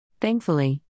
Thankfully